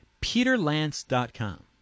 Peterlance.com